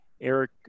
eric